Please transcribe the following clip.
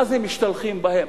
מה זה משתלחים בהם,